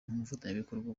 nk’umufatanyabikorwa